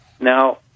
Now